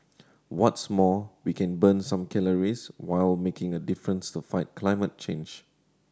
what's more we can burn some calories while making a difference to fight climate change